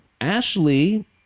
Ashley